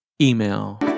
email